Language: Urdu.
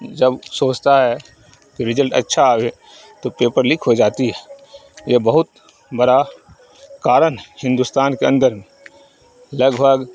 جب سوچتا ہے رزلٹ اچھا آوے تو پیپر لیک ہو جاتی ہے یہ بہت بڑا کارن ہے ہندوستان کے اندر میں لگ بھگ